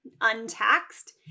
Untaxed